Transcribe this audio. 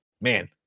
man